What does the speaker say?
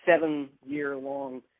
seven-year-long